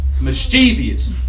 Mischievous